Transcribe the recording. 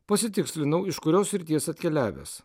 pasitikslinau iš kurios srities atkeliavęs